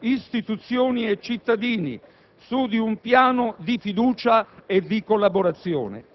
istituzioni e cittadini su un piano di fiducia e collaborazione.